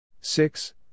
six